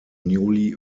newly